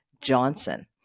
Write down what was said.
Johnson